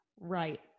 Right